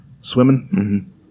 Swimming